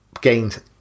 gained